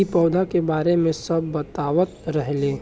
इ पौधा के बारे मे सब बतावत रहले